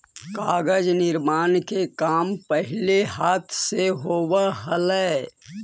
कागज निर्माण के काम पहिले हाथ से होवऽ हलइ